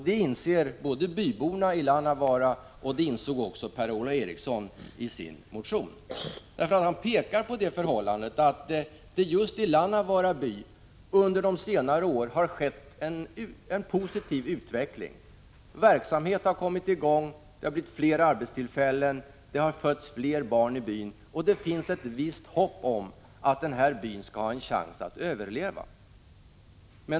Det inser byborna i Lannavaara, och det kommer också till uttryck i motionen från Per-Ola Eriksson. Han pekar nämligen på det förhållandet att det just i ”Lannavaara by under senare år har skett en positiv utveckling; verksamhet har kommit i gång, det har blivit fler arbetstillfällen, det har fötts fler barn — Prot. 1985/86:106 och det finns ett visst hopp om att byn har en chans att överleva.